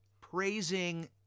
praising